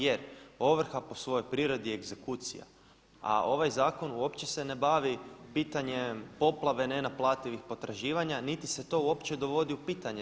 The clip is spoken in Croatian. Jer ovrha po svojoj prirodi je egzekucija, a ovaj zakon uopće se ne bavi pitanjem poplave nenaplativih potraživanja niti se to uopće dovodi u pitanje.